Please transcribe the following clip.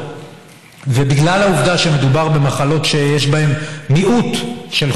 בגלל העובדה שמדובר במחלות שיש בהן חולים מעטים,